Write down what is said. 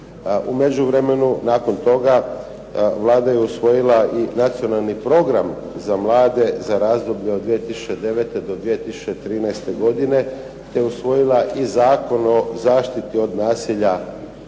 U međuvremenu, nakon toga, Vlada je usvojila i nacionalni program za mlade za razdoblje od 2009. do 2013. godine, te je usvojila i Zakon o zaštiti od nasilja